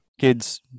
kids